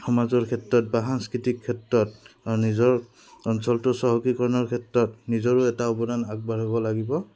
সমাজৰ ক্ষেত্ৰত বা সাংস্কৃতিক ক্ষেত্ৰত নিজৰ অঞ্চলটোৰ চহকীকৰণৰ ক্ষেত্ৰত নিজৰো এটা অৱদান আগবঢ়াব লাগিব